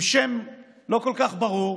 עם שם לא כל כך ברור,